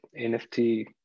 nft